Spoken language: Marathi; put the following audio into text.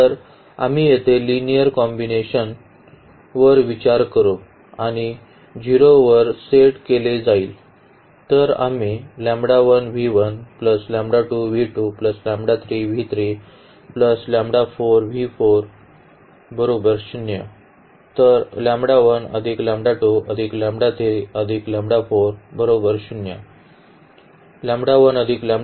तर आम्ही येथे या लिनिअर कॉम्बिनेशन वर विचार करू आणि ते 0 वर सेट केले जाईल